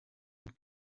and